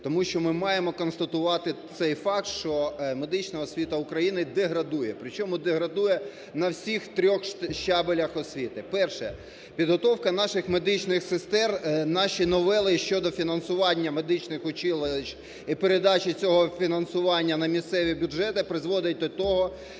Тому що ми маємо констатувати цей факт, що медична освіта України деградує, причому деградує на всіх трьох щабелях освіти. Перше. Підготовка наших медичних сестер, наші новели щодо фінансування медичних училищ і передачі цього фінансування на місцеві бюджети призводить до того,